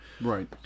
right